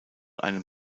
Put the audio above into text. einem